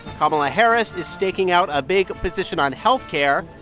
kamala harris is staking out a big position on health care.